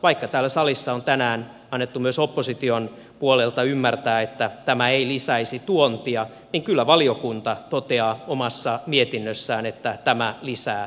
vaikka täällä salissa on tänään annettu myös opposition puolelta ymmärtää että tämä ei lisäisi tuontia niin kyllä valiokunta toteaa omassa mietinnössään että tämä lisää tuontia